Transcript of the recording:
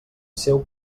seu